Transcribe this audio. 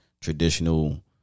traditional